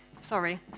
Sorry